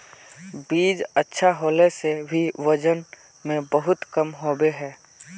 बीज अच्छा होला से भी वजन में बहुत कम होबे है?